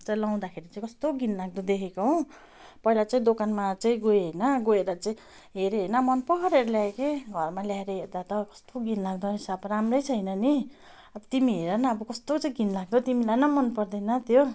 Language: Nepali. झन् लाउँदाखेरि चाहिँ कस्तो घिनलाग्दो देखेको हौ पहिला चाहिँ दोकानमा चाहिँ गएँ होइन गएर चाहिँ हेरेँ होइन मन परेरे ल्याए कि घरमा ल्याएर हेर्दा त कस्तो घिनलाग्दो रहेछ अब राम्रै छैन नि अब तिमी हेर न अब कस्तो चाहिँ घिनलाग्दो तिमीलाई नै मन पर्दैन त्यो